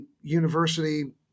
university